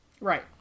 Right